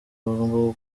bagomba